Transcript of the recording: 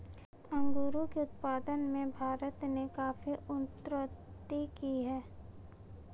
अंगूरों के उत्पादन में भारत ने काफी उन्नति की है